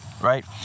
right